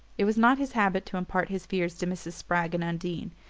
it was not his habit to impart his fears to mrs. spragg and undine,